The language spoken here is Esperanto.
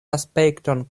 aspekton